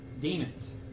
Demons